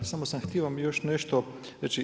Samo sam htio vam još nešto reći.